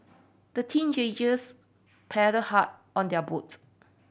the paddled hard on their boats